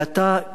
ואתה,